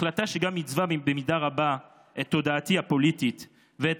החלטה שגם עיצבה במידה רבה את תודעתי הפוליטית ואת